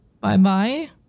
bye-bye